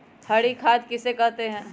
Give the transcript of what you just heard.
हरी खाद किसे कहते हैं?